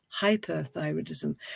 hyperthyroidism